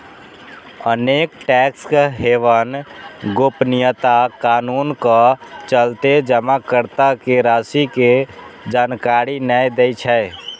अनेक tax haven गोपनीयता कानूनक चलते जमाकर्ता के राशि के जानकारी नै दै छै